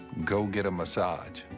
go get a massage.